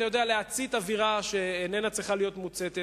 אתה יודע, להצית אווירה שאיננה צריכה להיות מוצתת.